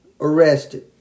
arrested